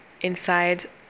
inside